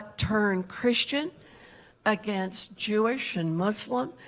turned christian against jewish and muslim.